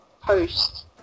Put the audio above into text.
post